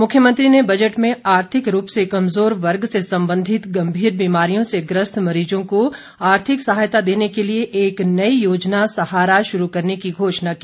मुख्यमंत्री ने बजट में आर्थिक रूप से कमजोर वर्ग से सबंधित गंभीर बीमारियों से ग्रस्त मरीजों को आर्थिक सहायता देने के लिए एक नई योजना सहारा शुरू करने की घोषणा की